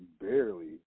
barely